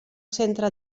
centre